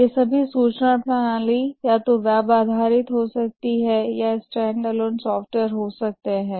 ये सभी सूचना प्रणाली या तो वेब आधारित हो सकती हैं या ये स्टैंडअलोन सॉफ्टवेयर हो सकते हैं